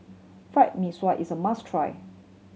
Fried Mee Sua is a must try